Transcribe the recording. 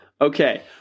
Okay